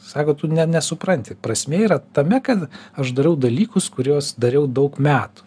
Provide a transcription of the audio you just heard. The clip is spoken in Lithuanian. sako tu ne nesupranti prasmė yra tame kad aš darau dalykus kuriuos dariau daug metų